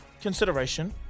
consideration